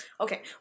Okay